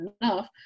enough